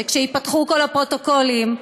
שכשיפתחו כל הפרוטוקולים,